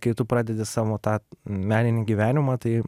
kai tu pradedi savo tą meninį gyvenimą tai